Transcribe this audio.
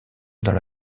dans